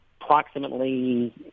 approximately –